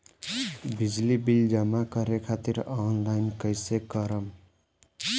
बिजली बिल जमा करे खातिर आनलाइन कइसे करम?